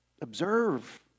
observe